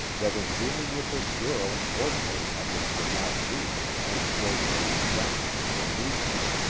that in dealing with this girl ordinary methods would not do, and ordinary exactions were needless.